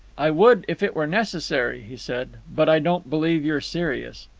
i would, if it were necessary, he said. but i don't believe you're serious.